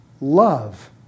love